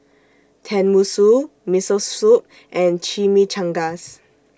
Tenmusu Miso Soup and Chimichangas